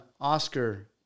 Oscar